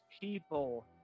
people